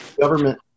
government